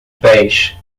pés